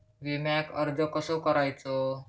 विम्याक अर्ज कसो करायचो?